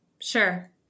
Sure